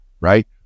right